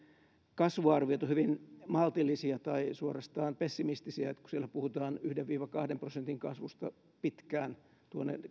kasvuarviot ovat hyvin maltillisia tai suorastaan pessimistisiä kun siellä puhutaan yhden viiva kahden prosentin kasvusta pitkään tuonne